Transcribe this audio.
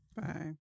Bye